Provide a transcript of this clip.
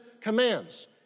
commands